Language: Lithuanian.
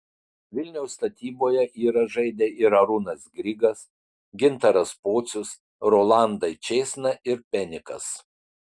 vilniaus statyboje yra žaidę ir arūnas grigas gintaras pocius rolandai čėsna ir penikas